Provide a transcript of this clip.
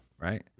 right